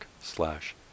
slash